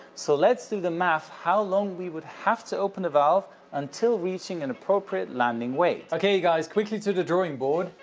so, let's do the math how long we would have to open the valve until reaching an appropriate landing weight. okay, you guys, quickly to the drawing board.